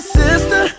sister